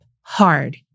hard